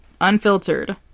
Unfiltered